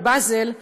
בבאזל,